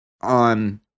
on